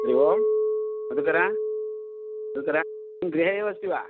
हरिः ओं मदुकर मदुकर किं गृहे एव अस्ति वा